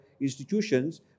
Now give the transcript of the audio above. institutions